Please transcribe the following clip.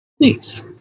Thanks